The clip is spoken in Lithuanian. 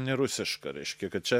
ne rusiška reiškia kad čia